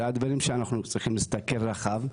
זה הדברים שאנחנו צריכים להסתכל רחב,